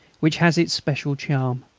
which has its special charm.